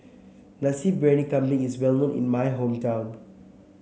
Nasi Briyani Kambing is well known in my hometown